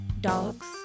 dogs